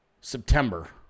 September